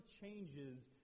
changes